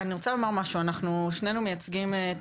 אני רוצה לומר משהו, אנחנו שנינו מייצגים את